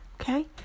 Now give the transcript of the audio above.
okay